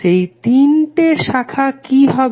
সেই 3 তে শাখা কি হবে